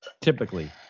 typically